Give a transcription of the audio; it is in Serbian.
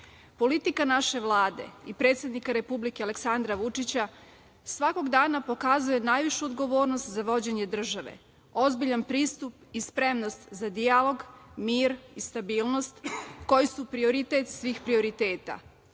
Politika naše Vlade i predsednika Republike Aleksandra Vučića svakog dana pokazuje najvišu odgovornost za vođenje države, ozbiljan pristup i spremnost za dijalog, mir i stabilnost koji su prioritet svih prioriteta.